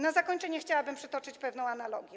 Na zakończenie chciałabym przytoczyć pewną analogię.